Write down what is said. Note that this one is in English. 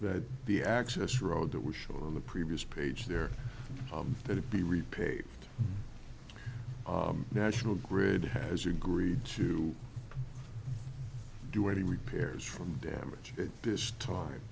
that the access road that we show on the previous page there had to be repaid national grid has agreed to do any repairs from damage this time